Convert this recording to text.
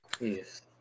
Yes